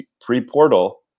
pre-portal